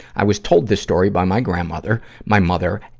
i was told this story by my grandmother, my mother,